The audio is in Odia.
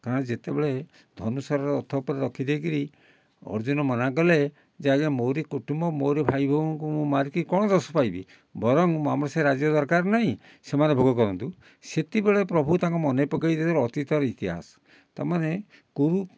କାରଣ ଯେତେବେଳେ ଧନୁଶର ରଥ ଉପରେ ରଖି ଦେଇକିରି ଅର୍ଜୁନ ମନାକଲେ ଯେ ଆଜ୍ଞା ମୋରି କୁଟୁମ୍ବ ମୋରି ଭାଇବୋହୂଙ୍କୁ ମୁଁ ମାରିକି କ'ଣ ଯଶ ପାଇବି ବରଂ ଆମର ସେ ରାଜ୍ୟ ଦରକାର ନାହିଁ ସେମାନେ ଭୋଗ କରନ୍ତୁ ସେତିକିବେଳେ ପ୍ରଭୁ ତାଙ୍କୁ ମନେ ପକେଇଦେଲେ ଅତୀତର ଇତିହାସ ତା'ମାନେ କୁରୁ